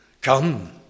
Come